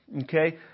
okay